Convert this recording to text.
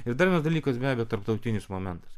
ir dar vienas dalykas be abejo tarptautinis momentas